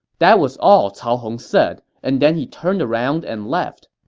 that was all cao hong said, and then he turned around and left.